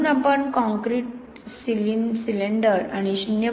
म्हणून आपण concrete cylinder आणि 0